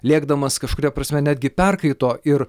lėkdamas kažkuria prasme netgi perkaito ir